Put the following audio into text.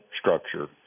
structure